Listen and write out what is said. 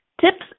tips